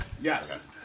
Yes